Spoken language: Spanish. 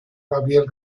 gabriel